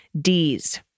D's